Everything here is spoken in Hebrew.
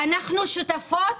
אנחנו שותפות